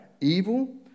evil